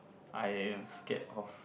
I am scared of